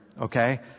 Okay